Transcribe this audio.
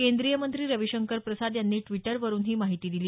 केंद्रीय मंत्री रविशंकर प्रसाद यांनी ट्टीटरवरून ही माहिती दिली